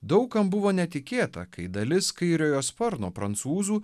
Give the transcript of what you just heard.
daug kam buvo netikėta kai dalis kairiojo sparno prancūzų